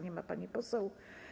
Nie ma pani poseł.